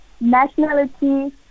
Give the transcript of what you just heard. nationality